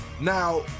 Now